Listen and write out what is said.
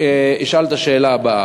יש לי שאלה לגבי הדברים